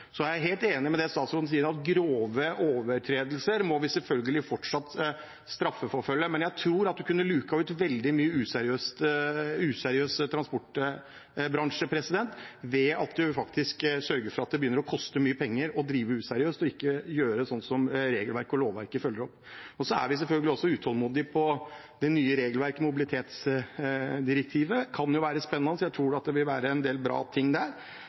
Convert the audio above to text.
Jeg er helt enig i det statsråden sier, at grove overtredelser må vi selvfølgelig fortsatt straffeforfølge, men jeg tror man kunne luket ut veldig mye useriøst i transportbransjen ved at man sørger for at det begynner å koste mye penger å drive useriøst og ikke følge opp regelverk og lovverk. Vi er selvfølgelig også utålmodige på det nye regelverket, mobilitetsdirektivet. Det kan jo være spennende; jeg tror det vil være en del bra ting der.